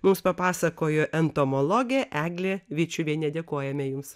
mums papasakojo entomologė eglė vyčiuvienė dėkojame jums